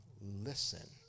listen